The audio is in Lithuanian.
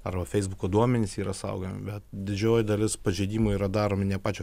arba feisbuko duomenys yra saugomi bet didžioji dalis pažeidimų yra daromi ne pačio